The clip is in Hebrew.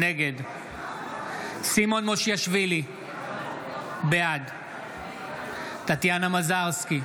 נגד סימון מושיאשוילי, בעד טטיאנה מזרסקי,